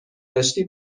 داشتی